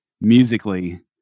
musically